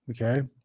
Okay